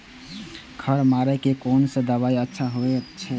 खर मारे के कोन से दवाई अच्छा होय छे?